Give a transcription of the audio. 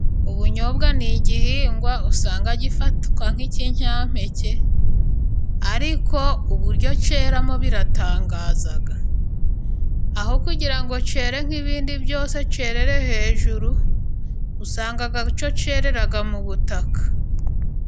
Ubunyobwa ni igihingwa usanga gifatwa nk'ikinyampeke, ariko uburyo cyeramo biratangaza, aho kugira ngo cyere nk'ibindi cyerere hejuru, usanga cyo cyerera mu butaka.